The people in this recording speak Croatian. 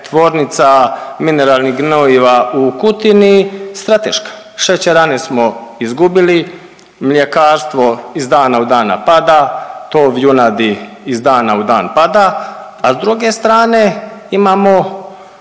tvornica mineralnih gnojiva u Kutini strateška. Šećerane smo izgubili, mljekarstvo iz dana u dan nam pada, tov junadi iz dana u dan pada, a s druge strane imamo